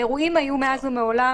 האירועים היו מאז ומעולם,